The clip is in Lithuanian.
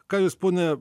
ką jūs pone